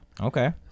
Okay